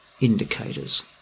indicators